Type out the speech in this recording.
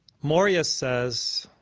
morya says,